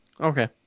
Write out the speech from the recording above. okay